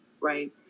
right